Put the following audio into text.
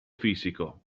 fisico